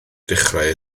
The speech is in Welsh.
dechrau